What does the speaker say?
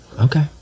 Okay